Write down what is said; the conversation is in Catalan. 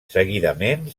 seguidament